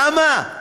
למה?